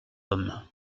homme